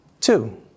Two